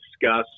discuss